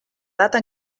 data